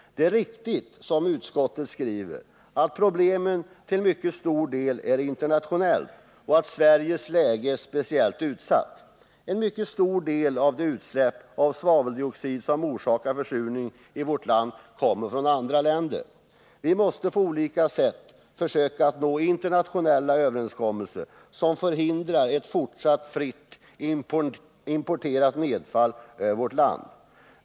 Det är riktigt, som utskottet skriver, att problemet till mycket stor del är internationellt och att Sveriges läge är speciellt utsatt. En mycket stor del av det utsläpp av svaveldioxid som orsakar försurningen av vattendragen i vårt land kommer från andra länder. Vi måste på olika sätt försöka nå internationella överenskommelser som förhindrar ett fortsatt fritt importerat nedfall över vårt land.